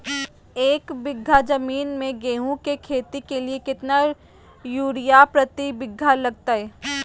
एक बिघा जमीन में गेहूं के खेती के लिए कितना यूरिया प्रति बीघा लगतय?